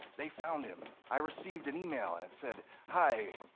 they found him. i received and email and it said, hi,